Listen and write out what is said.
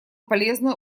полезное